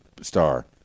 star